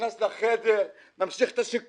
נכנס לחדר, ממשיך את השיקום.